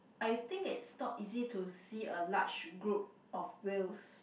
I think it's not easy to see a large group of whales